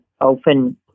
open